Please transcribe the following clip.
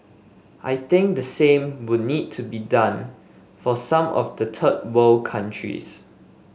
I think the same would need to be done for some of the third world countries